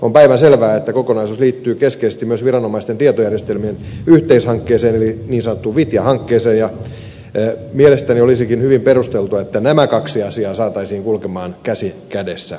on päivänselvää että kokonaisuus liittyy keskeisesti myös viranomaisten tietojärjestelmien yhteishankkeeseen eli niin sanottuun vitja hankkeeseen ja mielestäni olisikin hyvin perusteltua että nämä kaksi asiaa saataisiin kulkemaan käsi kädessä tulevaisuudessa